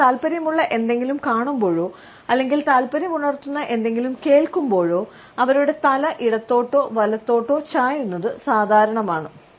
ആളുകൾ താൽപ്പര്യമുള്ള എന്തെങ്കിലും കാണുമ്പോഴോ അല്ലെങ്കിൽ താൽപ്പര്യമുണർത്തുന്ന എന്തെങ്കിലും കേൾക്കുമ്പോഴോ അവരുടെ തല ഇടത്തോട്ടോ വലത്തോട്ടോ ചായുന്നത് സാധാരണമാണ്